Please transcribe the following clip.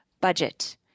Budget